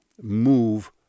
move